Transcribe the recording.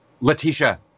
Letitia